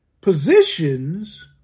positions